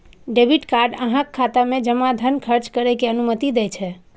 debit card अहांक खाता मे जमा धन खर्च करै के अनुमति दै छै